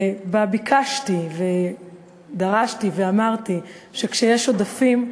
ובה ביקשתי ודרשתי ואמרתי שכשיש עודפים,